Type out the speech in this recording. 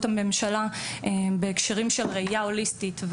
הממשלה בהקשרים של ראייה הוליסטית,